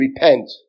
repent